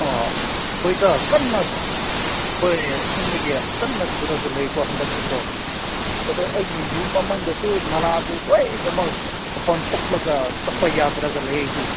ꯑꯣ ꯍꯣꯏꯗ ꯀꯟꯅ ꯍꯣꯏ ꯑꯁꯦꯡꯕꯒꯤ ꯀꯟꯅ ꯆꯨꯔꯒ ꯂꯩꯀꯣ ꯍꯟꯗꯛꯇꯤꯀꯣ ꯑꯗꯣ ꯑꯩꯒꯤ ꯌꯨꯝ ꯃꯃꯥꯡꯗꯁꯨ ꯅꯥꯂꯥꯗꯣ ꯂꯣꯏꯅꯃꯛ ꯃꯄꯥꯟ ꯊꯣꯛꯂꯒ ꯆꯠꯄ ꯌꯥꯗ꯭ꯔꯒ ꯂꯩ ꯑꯩꯗꯤ